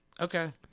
Okay